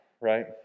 right